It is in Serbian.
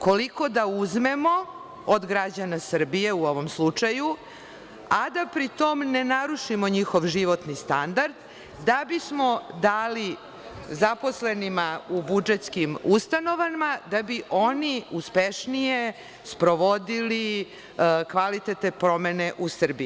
Koliko da uzmemo od građana Srbije, u ovom slučaju, a da pri tom ne narušimo njihov životni standard da bismo dali zaposlenim u budžetskim ustanovama, da bi oni uspešnije sprovodili kvalitativne promene u Srbiji.